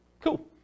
Cool